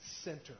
center